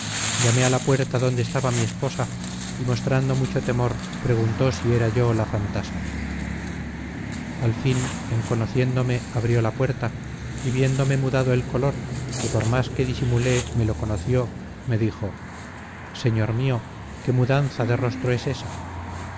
llamé a la puerta donde estaba mi esposa y mostrando mucho temor preguntó si era yo la fantasma al fin en conociéndome abrió la puerta y viéndome mudado el color que por más que disimulé me lo conoció me dijo señor mío qué mudanza de rostro es esa